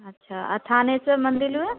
अच्छा और थाने से मंदिर में